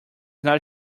not